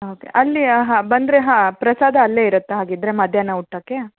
okay ಅಲ್ಲಿ ಹಾಂ ಬಂದರೆ ಹಾಂ ಪ್ರಸಾದ ಅಲ್ಲೇ ಇರುತ್ತಾ ಹಾಗಿದ್ದರೆ ಮಧ್ಯಾಹ್ನ ಊಟಕ್ಕೆ